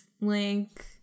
link